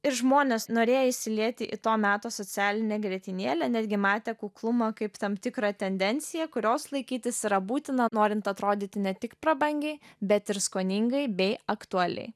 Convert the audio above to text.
ir žmonės norėję įsilieti į to meto socialinę grietinėlę netgi matė kuklumą kaip tam tikrą tendenciją kurios laikytis yra būtina norint atrodyti ne tik prabangiai bet ir skoningai bei aktualiai